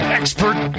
expert